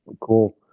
cool